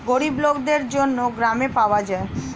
গরিব লোকদের জন্য গ্রামে পাওয়া যায়